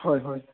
হয় হয়